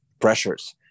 pressures